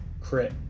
Crit